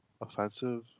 offensive